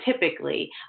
typically